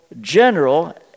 general